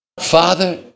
Father